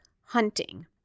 hunting